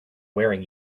wearing